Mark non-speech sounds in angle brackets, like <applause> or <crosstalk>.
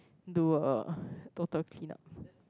do a <laughs> total clean up